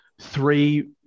three